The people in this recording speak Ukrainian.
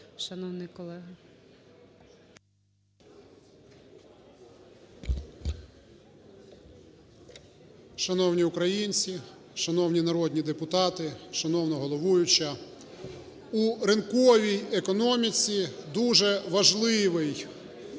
Шановні українці, шановні народні депутати, шановна головуюча! У ринковій економіці дуже важливій